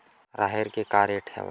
राहेर के का रेट हवय?